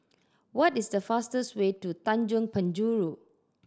what is the fastest way to Tanjong Penjuru